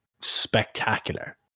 spectacular